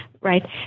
right